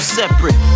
separate